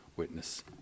witness